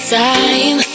time